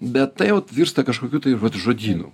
bet tai jau virsta kažkokiu tai vat žodynu